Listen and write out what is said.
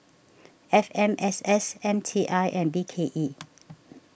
F M S S M T I and B K E